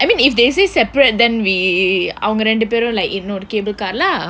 I mean if they say separate then we அவங்க இரண்டு பேரும்:avangka irandu peerum like இன்னொரு:innoru cable car lah